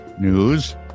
News